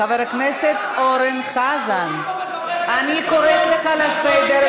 חבר הכנסת אורן חזן, יש כאן הערה.